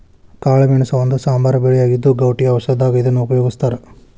ಕಾಳಮೆಣಸ ಒಂದು ಸಾಂಬಾರ ಬೆಳೆಯಾಗಿದ್ದು, ಗೌಟಿ ಔಷಧದಾಗ ಇದನ್ನ ಉಪಯೋಗಸ್ತಾರ